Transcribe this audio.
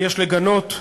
יש לגנות,